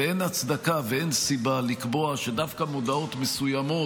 ואין הצדקה ואין סיבה לקבוע שדווקא מודעות מסוימות,